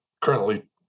currently